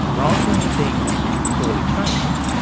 rather than being poorly trained,